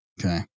Okay